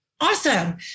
awesome